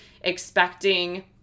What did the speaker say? expecting